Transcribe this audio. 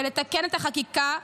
ולתקן את החקיקה,